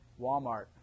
Walmart